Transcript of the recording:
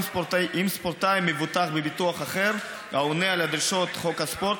אם ספורטאי מבוטח בביטוח אחר העונה על דרישות חוק הספורט,